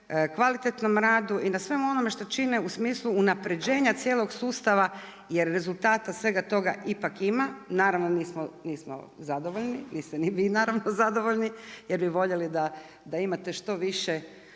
kvalitetnom radu i na svemu onome što čine u smislu unapređenja cijelog sustava jer rezultata svega toga ipak ima. Naravno nismo zadovoljni, niste ni vi naravno zadovoljni jer bi voljeli da imate što više